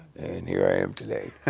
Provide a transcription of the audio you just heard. and here i am today.